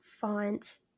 fonts